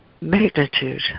magnitude